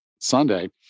Sunday